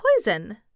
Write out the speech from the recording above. poison